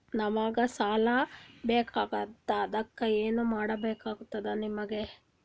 ನಮಗ ಸಾಲ ಬೇಕಾಗ್ಯದ ಅದಕ್ಕ ಏನು ಕೊಡಬೇಕಾಗ್ತದ ನಿಮಗೆ?